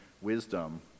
wisdom